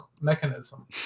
mechanism